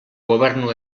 gobernu